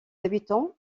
habitants